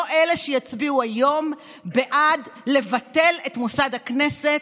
לא אלה שיצביעו היום בעד לבטל את מוסד הכנסת